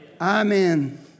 Amen